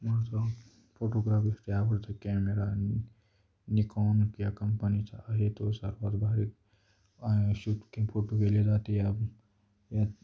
माझा फोटोग्राफीतला आवडता कॅमेरा हा निकॉन या कंपनीचा आहे तो सर्वात भारी शूट की फोटो केले जाते यात